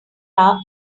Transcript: are